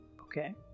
Okay